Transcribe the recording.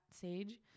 Sage